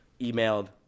emailed